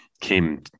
came